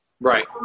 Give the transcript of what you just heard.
Right